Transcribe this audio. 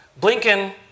Blinken